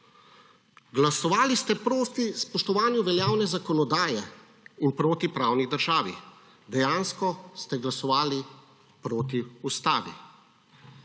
Glasovali ste proti spoštovanju veljavne zakonodaje in proti pravni državi. Dejansko ste glasovali proti Ustavi.